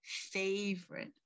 favorite